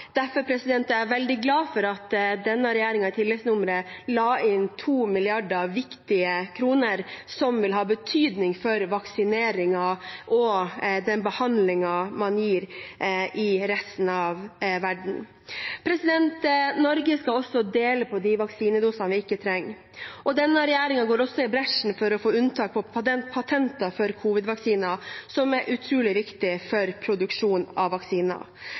viktige kroner som vil ha betydning for vaksineringen og den behandlingen man gir i resten av verden. Norge skal også dele på de vaksinedosene vi ikke trenger, og regjeringen går i bresjen for å få unntak på patenter for covid-vaksinen, som er utrolig viktig for produksjon av vaksiner.